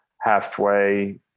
halfway